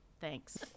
Thanks